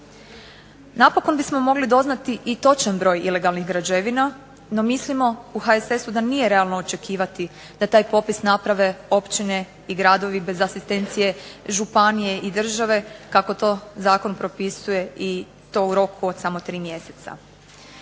Napokon bismo mogli doznati i točan broj ilegalnih građevina, no mislimo u HSS-u da nije realno očekivati da taj popis naprave općine i gradovi bez asistencije županije i države kako to zakon propisuje i to u roku od samo 3 mjeseca.